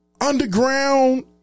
underground